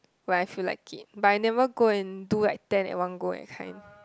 when I feel like it but I never go and do like ten at one go that kind